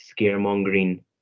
scaremongering